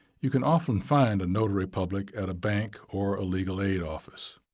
you can often find a notary public at a bank or a legal aid office.